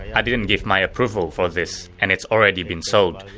i didn't give my approval for this and it's already been sold.